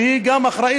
שהיא גם אחראית,